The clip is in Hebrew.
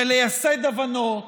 לייסד הבנות